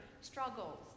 struggles